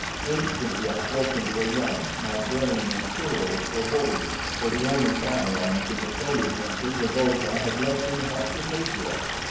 instantly i broke into a run, my brain in a whirl of forebodings, for the only firearms in the kro-lu country were those i had left in the hut with ajor.